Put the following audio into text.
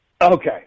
Okay